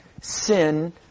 sin